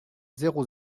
zéro